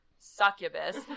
succubus